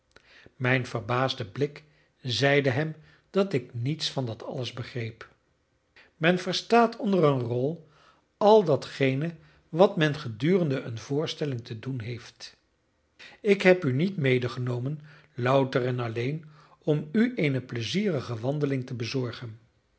mijn verbaasde blik zeide hem dat ik niets van dat alles begreep men verstaat onder een rol al datgene wat men gedurende een voorstelling te doen heeft ik heb u niet medegenomen louter en alleen om u eene pleizierige wandeling te bezorgen